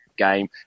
Game